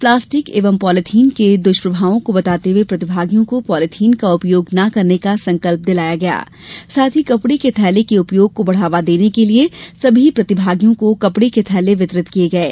plastic एवं polythene के दृष्प्रभावों को बताते हुए प्रतिभागियों को पॉलीथिन का उपयोग न करने का संकल्प दिलाया गया साथ ही कपडे के थैले के उपयोग को बढ़ावा देने के लिये सभी प्रतिभागियों को कपड़े के थैले वितरित किये